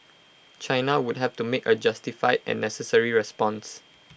China would have to make A justified and necessary response